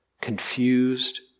confused